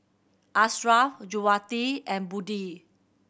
Ashraff Juwita and Budi